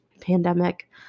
pandemic